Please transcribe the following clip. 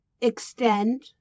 extend